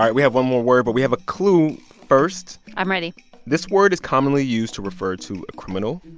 um we have one more word, but we have a clue first i'm ready this word is commonly used to refer to a criminal,